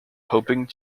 hoping